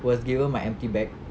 was given my empty bag